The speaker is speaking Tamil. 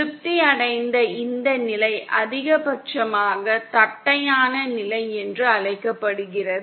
திருப்தி அடைந்த இந்த நிலை அதிகபட்சமாக தட்டையான நிலை என்று அழைக்கப்படுகிறது